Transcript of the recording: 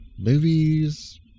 movies